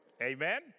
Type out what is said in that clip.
Amen